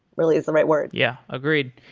really is the right word yeah, agreed.